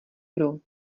hru